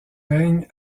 règne